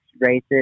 races